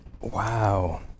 Wow